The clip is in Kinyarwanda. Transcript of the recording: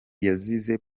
yazize